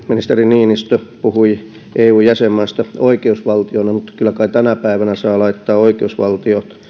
ministeri niinistö puhui eu jäsenmaista oikeusvaltioina mutta kyllä kai tänä päivänä saa laittaa oikeusvaltio